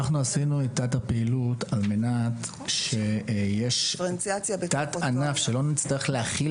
אנחנו עשינו את תת הפעילות על מנת שיש תת-ענף שלא נצטרך להחיל